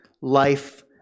life